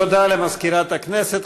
תודה למזכירת הכנסת.